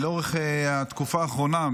לאורך התקופה האחרונה,